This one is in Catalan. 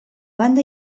banda